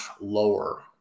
lower